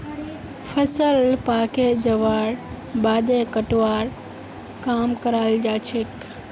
फसल पाके जबार बादे कटवार काम कराल जाछेक